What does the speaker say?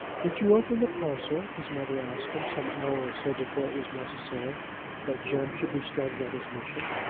did you open the parcel? his mother asked him, some hour or so before it was necessary that jem should be started on his mission.